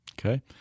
Okay